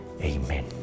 Amen